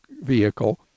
vehicle